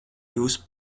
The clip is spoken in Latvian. jūsu